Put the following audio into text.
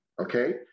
Okay